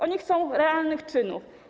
Oni chcą realnych czynów.